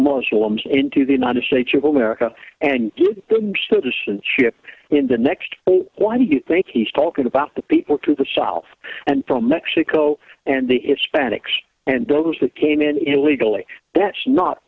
muslims into the united states of america and so the ship in the next why do you think he's talking about the people to the south and from mexico and the hispanics and those that came in illegally that's not